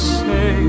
say